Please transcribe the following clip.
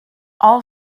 all